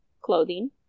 clothing